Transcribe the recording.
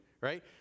right